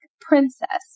princess